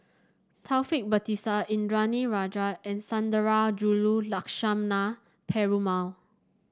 Taufik Batisah Indranee Rajah and Sundarajulu Lakshmana Perumal